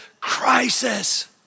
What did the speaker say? crisis